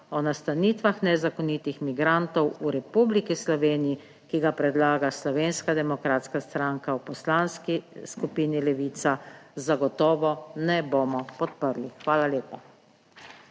o nastanitvah nezakonitih migrantov v Republiki Sloveniji, ki ga predlaga Slovenska demokratska stranka, v Poslanski skupini Levica zagotovo ne bomo podprli. Hvala lepa.